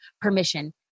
permission